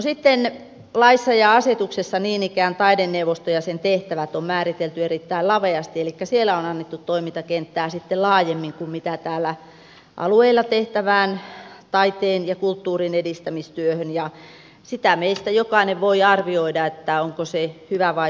sitten laissa ja asetuksessa niin ikään taideneuvosto ja sen tehtävät on määritelty erittäin laveasti elikkä siellä on annettu toimintakenttää sitten laajemmin kuin alueilla tehtävään taiteen ja kulttuurin edistämistyöhön ja meistä jokainen voi arvioida sitä onko se hyvä vai huono suunta